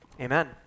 Amen